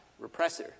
repressor